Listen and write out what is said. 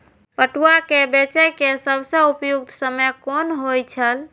पटुआ केय बेचय केय सबसं उपयुक्त समय कोन होय छल?